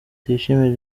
tuyishime